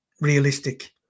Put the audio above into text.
realistic